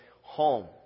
home